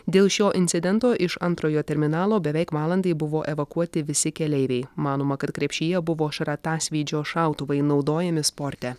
dėl šio incidento iš antrojo terminalo beveik valandai buvo evakuoti visi keleiviai manoma kad krepšyje buvo šratasvydžio šautuvai naudojami sporte